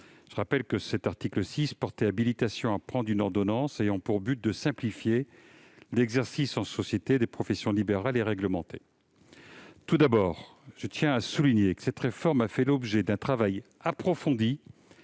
ce projet de loi. Cet article habilitait le Gouvernement à prendre une ordonnance afin de simplifier l'exercice en société des professions libérales réglementées. Tout d'abord, je tiens à souligner que cette réforme a fait l'objet d'un travail approfondi